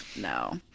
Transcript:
No